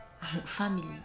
family